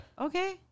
Okay